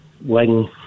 wing